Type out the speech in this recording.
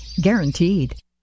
Guaranteed